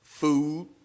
food